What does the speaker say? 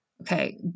Okay